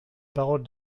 parole